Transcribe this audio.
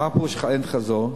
מה פירוש אין חזור?